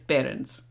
Parents